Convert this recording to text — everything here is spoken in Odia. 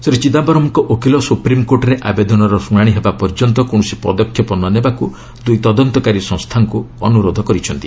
ଶ୍ରୀ ଚିଦାୟରମ୍ଙ୍କ ଓକିଲ ସୁପ୍ରିମ୍କୋର୍ଟରେ ଆବେଦନର ଶୁଣାଣି ହେବା ପର୍ଯ୍ୟନ୍ତ କୌଣସି ପଦକ୍ଷେପ ନ ନେବାକୁ ଦୁଇ ତଦନ୍ତକାରୀ ସଂସ୍ଥାକୁ ଅନୁରୋଧ କରିଛନ୍ତି